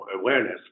awareness